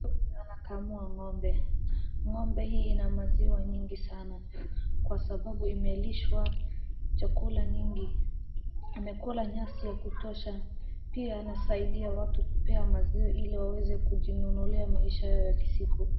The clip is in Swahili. Anakamua ng'ombe. Ng'ombe hii ina maziwa mingi sana kwa sababu imelishwa chakula nyingi. Amekula nyasi ya kutosha, pia anasaidia watu kupea maziwa ili waweze kujinunulia maisha yao ya kisiku.